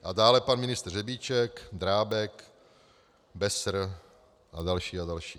A dále pan ministr Řebíček, Drábek, Besser a další a další.